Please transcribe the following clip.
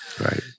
Right